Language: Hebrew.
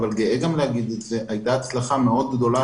אבל גם גאה להגיד שהייתה הצלחה מאוד גדולה,